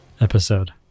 episode